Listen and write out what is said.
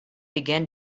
begin